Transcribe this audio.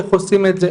איך עושים את זה,